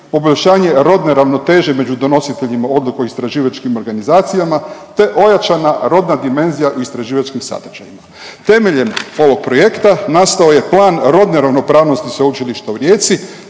poboljšanje rodne ravnoteže među donositeljima odluke o istraživačkim organizacijama, te ojačana rodna dimenzija u istraživačkim sadržajima. Temeljem ovog projekta nastao je plan rodne ravnopravnosti Sveučilišta u Rijeci.